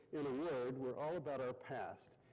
in a word, we're all about our past.